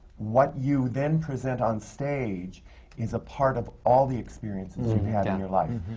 what you then present on stage is a part of all the experiences you've had in your life.